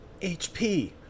HP